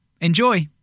Enjoy